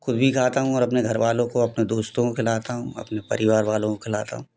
खुद भी खाता हूँ और अपने घर वालों को अपने दोस्तों को खिलाता हूँ अपने परिवार वालों को खिलाता हूँ